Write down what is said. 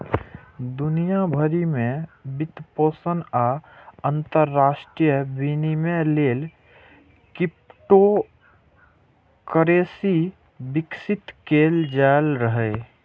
दुनिया भरि मे वित्तपोषण आ अंतरराष्ट्रीय विनिमय लेल क्रिप्टोकरेंसी विकसित कैल जा रहल छै